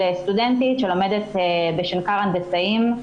זהו סיפור של סטודנטית שלומדת בשנקר הנדסאים.